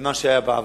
במה שהיה בעבר.